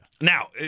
now